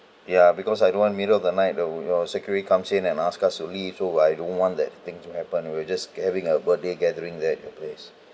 ya because I don't want middle of the night there'll your security comes in and ask us to leave so I don't want that thing to happen we're just having a birthday gathering there at the place